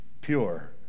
pure